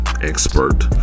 expert